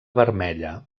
vermella